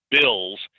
bills